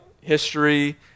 history